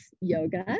yoga